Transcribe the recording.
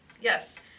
Yes